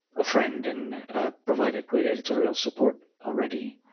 a friend and provided great editorial support already.